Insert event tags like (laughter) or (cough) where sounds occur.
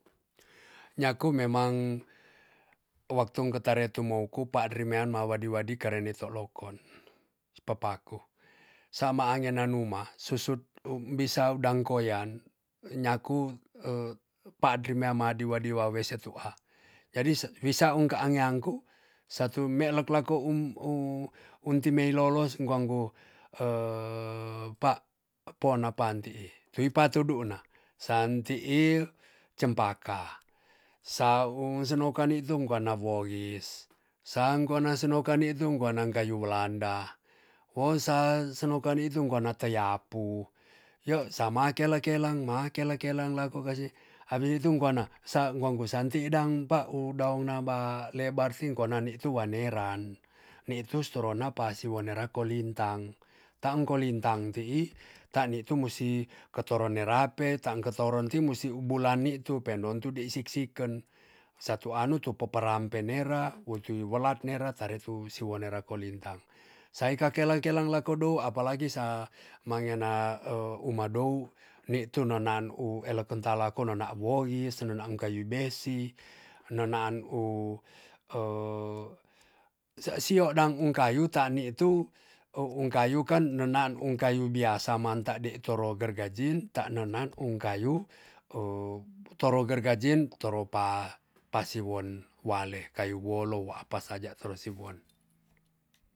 Nyaku memang watung ketare tumou ku paadri mean ma wadi wadi kare ne tolokon papaku sama ange nanuma susut um bisa udang koyan nyaku paadri mean ma adri wadi wa wese tua jadi se wisaung kaangeang ku satu melek lako um ung untimei lolos ung kangku (hesitation) pa pona pan tii tuipa tuduun na san tii cempaka saung senoka nitung koa na wogis sang kona se noka nitu ngkoa nang kayu welanda wo sa senoka nitu ngkoa na taiapu yo sama kele kelang ma kele kelang lako kase abis itu ngkoana sa ngku ngku santi dang pau daung naba lebar ti ngkoana nitu wanera nitu storona ` pasi wo nera kolintang tang kolintang tii ta nitu musi ketoro nera pe tang ketoron nti musi u bulan nitu pendon tu dei sik siken satu anu tu poparam penera wotu yu walat nera tare tu wisi wo nera kolintang sai ka kelang kelang lako dou apa lagi sa mangena uma dou nitu no naan u eleken ta lako nona woi se nena ngkayu besi nenaan u (hesitation) sea sio dang ung kayu ta nitu o ung kayu kan nenaan ung kayu biasa manta de toroger gajin ta nonan ung kayu to roger gajin toro pa pa siwon wale kayu wolo apa saja toro siwon